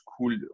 cool